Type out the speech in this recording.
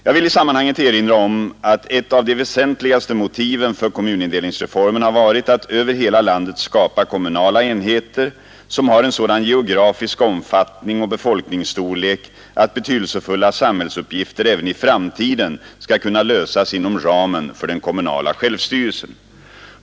Jag vill i sammanhanget erinra om att ett av de väsentligaste motiven för kommunindelningsreformen har varit att över hela landet skapa kommunala enheter som har en sådan geografisk omfattning och befolkningsstorlek att betydelsefulla samhällsuppgifter även i framtiden skall kunna lösas inom ramen för den kommunala självstyrelsen.